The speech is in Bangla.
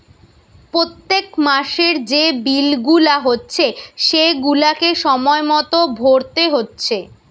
পোত্তেক মাসের যে বিল গুলা হচ্ছে সেগুলাকে সময় মতো ভোরতে হচ্ছে